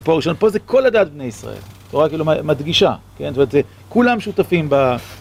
פה ראשון, פה זה כל עדת בני ישראל, התורה כאילו מדגישה, כן? זאת אומרת זה כולם שותפים ב...